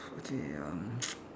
okay um